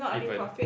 even